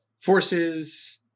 forces